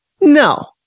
No